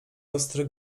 ostry